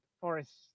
forest